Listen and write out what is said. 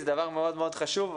זה דבר מאוד מאוד חשוב,